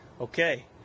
Okay